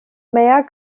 mayer